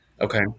Okay